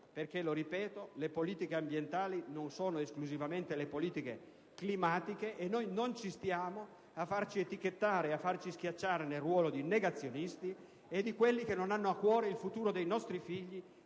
Lo ripeto, le politiche ambientali non sono esclusivamente le politiche climatiche, e noi non ci stiamo a farci schiacciare nel ruolo dei negazionisti e di quelli che non hanno a cuore il futuro dei nostri figli,